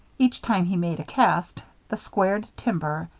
each time he made a cast, the squared timber,